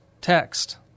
text